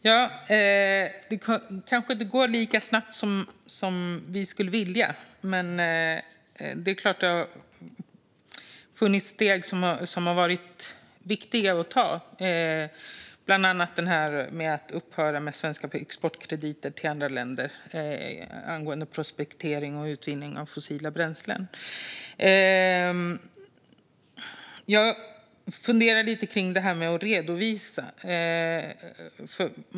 Fru talman! Det går kanske inte lika snabbt som vi skulle vilja, men det är klart att det har funnits steg som har varit viktiga att ta, bland annat att upphöra med svenska exportkrediter till andra länder för prospektering och utvinning av fossila bränslen. Jag funderar lite på det här med att redovisa.